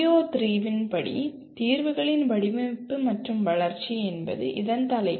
PO3 வின் படி 'தீர்வுகளின் வடிவமைப்பு மற்றும் வளர்ச்சி' என்பது இதன் தலைப்பு